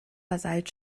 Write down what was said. basalt